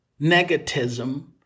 negativism